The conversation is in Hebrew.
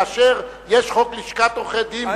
כאשר יש חוק לשכת עורכי-הדין,